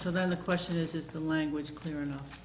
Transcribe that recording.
so then the question is is the language clear enough